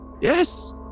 Yes